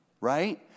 right